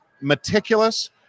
meticulous